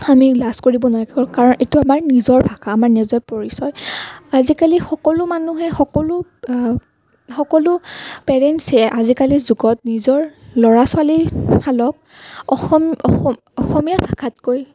আমি লাজ কৰিব নালাগে কাৰণ এইটো আমাৰ নিজৰ ভাষা আমাৰ নিজৰ পৰিচয় আজিকালি সকলো মানুহে সকলো সকলো পেৰেঞ্চেই আজিকালিৰ যুগত নিজৰ ল'ৰা ছোৱালীহালক অসমীয়া ভাষাতকৈ